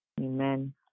Amen